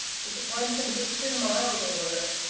disappointment was too mild a word.